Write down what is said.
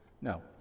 No